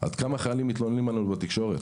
עד כמה חיילים מתלוננים עלינו בתקשורת,